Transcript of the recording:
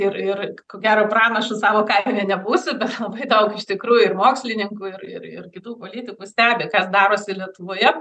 ir ir ko gero pranašu savo kaime nebūsi bet labai daug daug iš tikrųjų ir mokslininkų ir ir ir kitų politikų stebi kas darosi lietuvoje